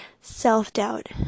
self-doubt